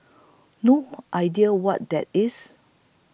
no idea what that is